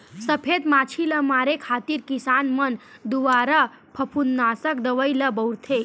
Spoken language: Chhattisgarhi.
सफेद मांछी ल मारे खातिर किसान मन दुवारा फफूंदनासक दवई ल बउरथे